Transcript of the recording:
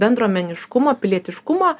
bendruomeniškumo pilietiškumo